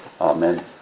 Amen